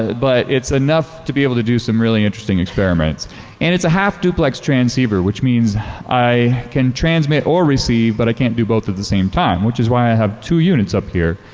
but it's enough to be able to do some really interesting experiments and it's a half duplex transmit receiver which means i can transmit or receive but i can't do both at the same time which is why i have two units up here,